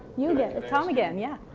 you again. it's tom again, yeah.